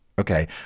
Okay